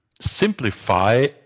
simplify